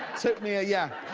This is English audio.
took me yeah.